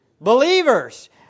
Believers